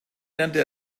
lernte